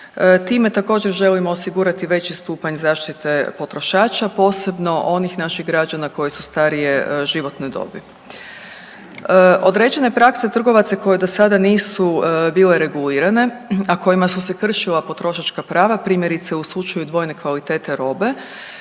Time također želimo osigurati veći stupanj zaštite potrošača, posebno onih naših građana koji su starije životne dobi. Određena je praksa trgovaca koji do sada nisu bile regulirane, a kojima su se kršila potrošačka prava, primjerice, u slučaju dvojne kvalitete robe.